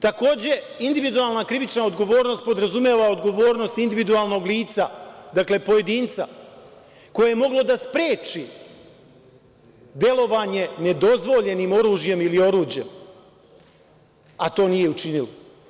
Takođe, individualna krivična odgovornost podrazumeva odgovornost individualnog lica, dakle, pojedinca koje je moglo da spreči delovanje nedozvoljenim oružjem ili oruđem, a to nije učinilo.